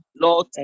Lord